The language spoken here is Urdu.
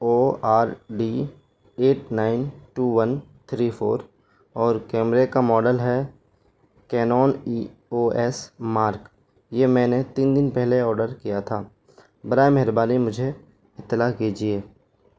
او R D eight nine two one three four اور کیمرے کا ماڈل ہے Canon E O S Mark یہ میں نے تین دن پہلے آڈر کیا تھا برائے مہربانی مجھے اطلاع کیجیے